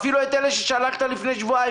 אפילו את אלה ששלחת לפני שבועיים,